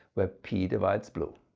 where p divides blue.